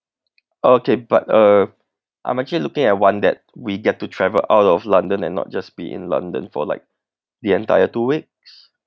okay but uh I'm actually looking at one that we get to travel out of london and not just be in london for like the entire two weeks